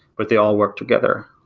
but they all work together.